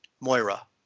Moira